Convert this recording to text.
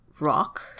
rock